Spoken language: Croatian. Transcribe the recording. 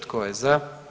Tko je za?